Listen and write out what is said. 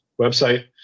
website